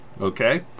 Okay